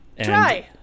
Try